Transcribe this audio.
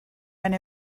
and